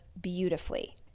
beautifully